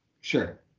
sure